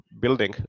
building